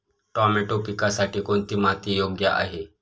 Tomato पिकासाठी कोणती माती योग्य आहे?